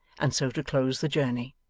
and so to close the journey.